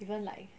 even like